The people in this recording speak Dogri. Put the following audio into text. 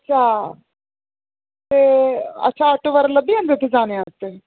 अच्छा अच्छा ते ऑटो बगैरा लब्भी जंदे उत्थै जाने आस्तै